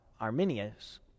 Arminius